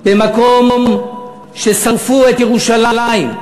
במקום ששרפו את ירושלים,